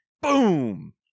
Boom